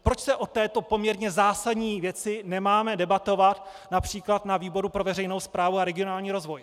Proč o této poměrně zásadní věci nemáme debatovat například na výboru pro veřejnou správu a regionální rozvoj?